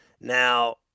Now